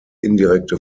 indirekte